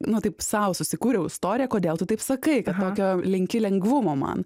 nu taip sau susikūriau istoriją kodėl tu taip sakai kad tokio linki lengvumo man